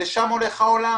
לשם הולך העולם.